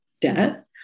debt